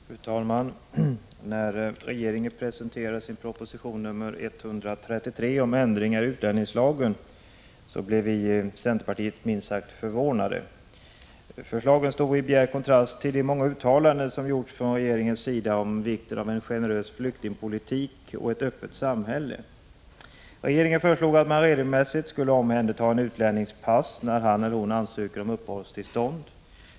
Fru talman! När regeringen presenterade sin proposition nr 133 om ändringar i utlänningslagen blev vi i centerpartiet minst sagt förvånade. Förslagen stod i bjärt kontrast till de många uttalanden som gjorts från regeringens sida om vikten av en generös flyktingpolitik och ett öppet samhälle. Regeringen föreslog att man regelmässigt skulle omhänderta en utlännings pass när han eller hon ansöker om uppehållstillstånd.